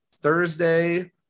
Thursday